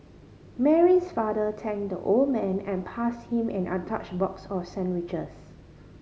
Mary's father thanked the old man and passed him an untouched box of sandwiches